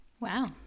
Wow